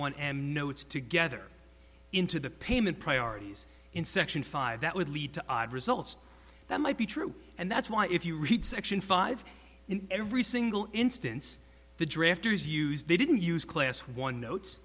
and notes together into the payment priorities in section five that would lead to results that might be true and that's why if you read section five in every single instance the drafters use they didn't use class one notes